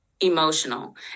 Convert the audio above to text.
emotional